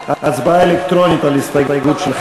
המועצה לשידורי הכבלים,